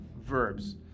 verbs